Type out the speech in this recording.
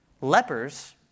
lepers